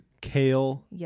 kale